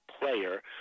player